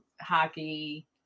hockey